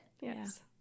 Yes